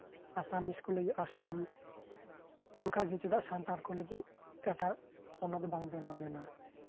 ᱟᱥᱟᱢᱤᱡ ᱠᱚ ᱞᱟᱹᱜᱤᱫ ᱟᱥᱟᱢ ᱚᱱᱠᱟᱜᱮ ᱪᱮᱫᱟᱜ ᱥᱟᱱᱛᱟᱲ ᱠᱚ ᱞᱟᱹᱜᱤᱫ ᱮᱴᱟᱜ ᱯᱚᱱᱚᱛ ᱵᱟᱝ ᱵᱮᱱᱟᱣ ᱞᱮᱱᱟ